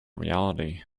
reality